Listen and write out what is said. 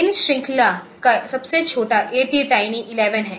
इस श्रृंखला का सबसे छोटा ATTiny11 है